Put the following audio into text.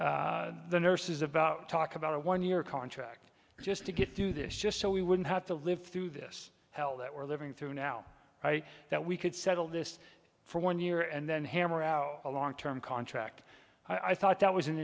by the nurses about talk about a one year contract just to get through this just so we wouldn't have to live through this hell that we're living through now that we could settle this for one year and then hammer out a long term contract i thought that was an